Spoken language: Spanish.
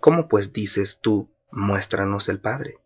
cómo pues dices tú muéstranos el padre